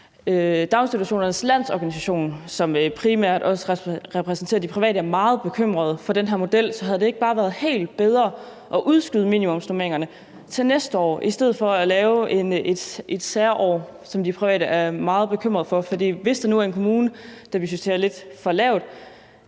Daginstitutionernes Lands-Organisation, som primært repræsenterer de private, er meget bekymrede for den her model. Så havde det ikke bare været meget bedre at udskyde minimumsnormeringerne til næste år i stedet for at lave et særår, som de private er meget bekymrede for? For hvis der nu er en kommune, der visiterer lidt for lavt,